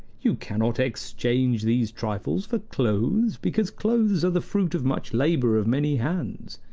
you cannot exchange these trifles for clothes, because clothes are the fruit of much labor of many hands.